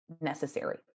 necessary